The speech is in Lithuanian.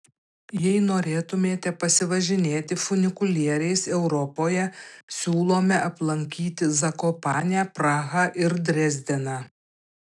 jei norėtumėte pasivažinėti funikulieriais europoje siūlome aplankyti zakopanę prahą ir dresdeną